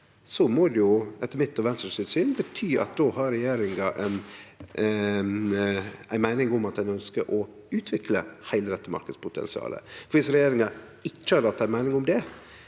må det etter mitt og Venstres syn bety at regjeringa har ei meining om at ein ønskjer å utvikle heile dette marknadspotensialet. Viss regjeringa ikkje hadde hatt ei meining om det,